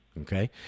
okay